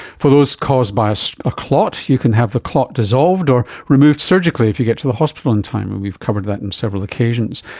for those caused by a so ah clot you can have the clot dissolved or removed surgically if you get to the hospital in time, and we've covered that on and several occasions.